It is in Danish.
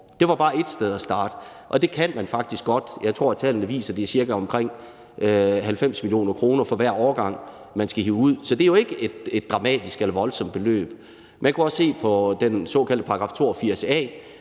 Det var bare ét sted at starte, og det kan man faktisk godt. Jeg tror, at tallene viser, at det er omkring 90 mio. kr. for, hver årgang man skal hive ud. Så det er jo ikke et dramatisk eller voldsomt beløb. Man kunne også se på den såkaldte § 82 a,